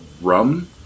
rum